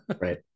Right